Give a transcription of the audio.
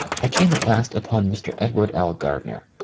i came at last upon mr. edward l. gardner,